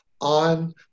on